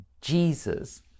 Jesus